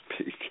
speak